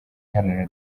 iharanira